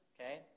Okay